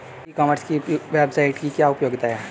ई commerce की website की क्या उपयोगिता है?